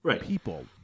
people